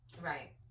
Right